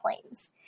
claims